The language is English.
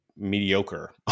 mediocre